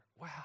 Wow